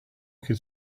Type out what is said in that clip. could